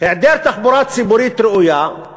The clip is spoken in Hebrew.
היעדר תחבורה ציבורית ראויה הוא